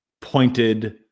pointed